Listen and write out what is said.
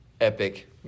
Epic